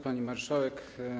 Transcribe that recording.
Pani Marszałek!